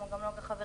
כמו גם נגה חברתי.